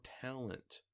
talent